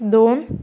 दोन